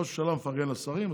ראש הממשלה מפרגן לשרים,